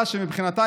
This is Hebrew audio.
מתנצל.